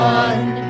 one